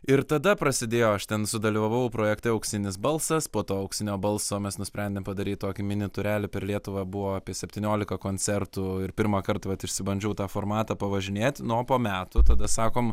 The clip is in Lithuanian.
ir tada prasidėjo aš ten sudalyvavau projekte auksinis balsas po to auksinio balso mes nusprendėm padaryt tokį mini turelį per lietuvą buvo apie septyniolika koncertų ir pirmąkart vat išsibandžiau tą formatą pavažinėti na o po metų tada sakom